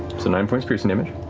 so nine points piercing damage.